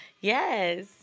Yes